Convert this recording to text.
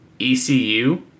ECU